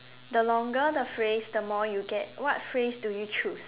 the longer the phrase the more you get what phrase do you choose